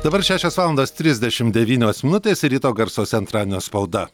dabar šešios valandos trisdešimt devynios minutės ir ryto garsuose antradienio spauda